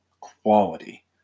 quality